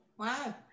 Wow